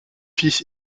fils